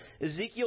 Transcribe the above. Ezekiel